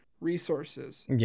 resources